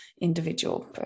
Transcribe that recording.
individual